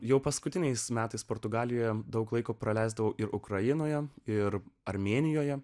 jau paskutiniais metais portugalijoje daug laiko praleisdavau ir ukrainoje ir armėnijoje